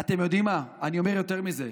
אתם יודעים מה, אני אומר יותר מזה: